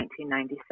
1997